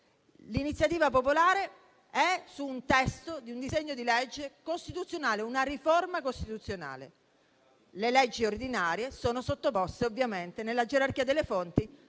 L'iniziativa popolare riguarda il testo di un disegno di legge costituzionale, una riforma costituzionale. Le leggi ordinarie sono sottoposte, ovviamente, nella gerarchia delle fonti,